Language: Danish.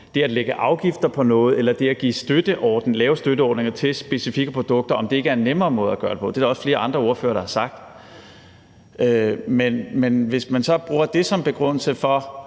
det at lægge afgifter på noget eller det at lave støtteordninger til specifikke produkter ikke er en nemmere måde at gøre det på – det er der også flere andre ordførere der har sagt. Men hvis man så bruger det som begrundelse for